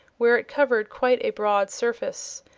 where it covered quite a broad surface.